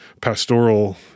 pastoral